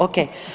Ok.